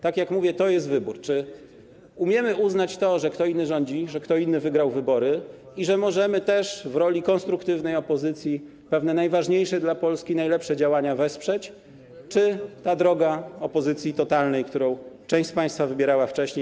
Tak jak mówię, to jest wybór, czy umiemy uznać to, że kto inny rządzi, że kto inny wygrał wybory i że możemy też w roli konstruktywnej opozycji pewne najważniejsze dla Polski, najlepsze działania wesprzeć, czy wybieramy drogę opozycji totalnej, którą część z państwa wybierała wcześniej.